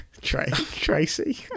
tracy